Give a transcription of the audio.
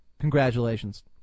Congratulations